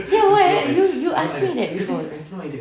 ya why ah you you ask me that before